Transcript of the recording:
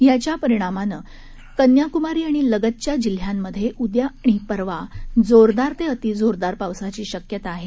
याच्या परिणामी कन्याकूमारी आणि लगतच्या जिल्ह्यांमध्ये उद्या आणि परवा जोरदार ते अति जोरदार पावसाची शक्यता आहे